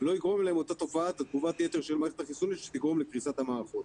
לא תיגרם תגובת יתר של המערכת החיסונית שתגרום לקריסת המערכות.